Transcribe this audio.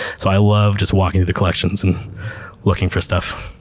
so, i love just walking through the collections and looking for stuff.